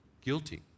guilty